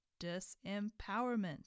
disempowerment